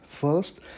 First